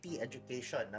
education